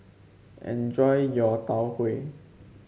enjoy your Tau Huay